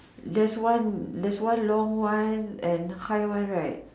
theres one long one and high one right